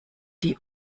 die